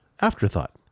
afterthought